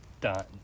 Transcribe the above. done